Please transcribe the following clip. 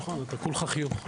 נכון, אתה כולך חיוך.